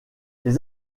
les